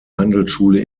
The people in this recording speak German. handelsschule